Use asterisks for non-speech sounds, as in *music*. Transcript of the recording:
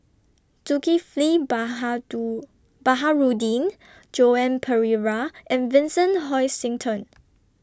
Zulkifli *unintelligible* Baharudin Joan Pereira and Vincent Hoisington